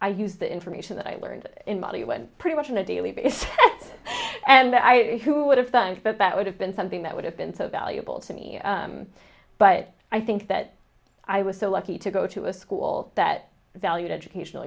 i used the information that i learned in money when pretty much on a daily basis and i who would have done but that would have been something that would have been so valuable to me but i think that i was so lucky to go to a school that valued educational